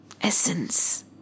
Essence